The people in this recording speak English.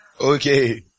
Okay